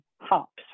hops